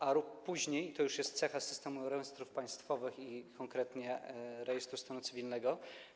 A później to już jest cecha systemu rejestrów państwowych i konkretnie rejestru stanu cywilnego.